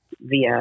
via